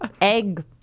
egg